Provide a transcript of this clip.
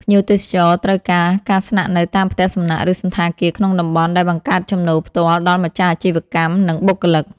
ភ្ញៀវទេសចរត្រូវការ ការស្នាក់នៅតាមផ្ទះសំណាក់ ឬសណ្ឋាគារក្នុងតំបន់ ដែលបង្កើតចំណូលផ្ទាល់ដល់ម្ចាស់អាជីវកម្ម និងបុគ្គលិក។